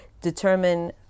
determine